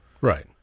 Right